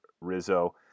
Rizzo